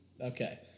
okay